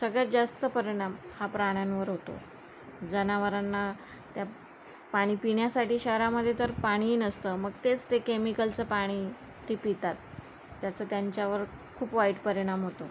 सगळ्यात जास्त परिणाम हा प्राण्यांवर होतो जनावरांना त्या पाणी पिण्यासाठी शहरामध्ये तर पाणीही नसतं मग तेच ते केमिकलचं पाणी ती पितात त्याचं त्यांच्यावर खूप वाईट परिणाम होतो